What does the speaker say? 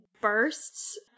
bursts